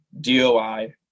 DOI